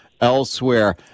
elsewhere